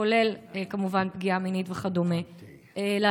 כולל פגיעה מינית וכדומה, כמובן?